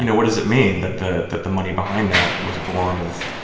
you know what does it mean that the that the money behind that was born of.